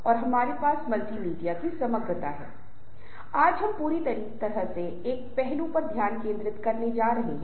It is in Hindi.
ऐसी सभी चीजें बहुत महत्वपूर्ण हैं विशेष रूप से उस व्यक्ति के लिए जो समूह का गठन कर रहे हैं